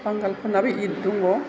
बांगालफोरनाबो इद दङ